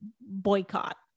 boycott